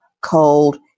cold